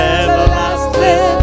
everlasting